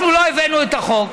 אנחנו לא הבאנו את החוק,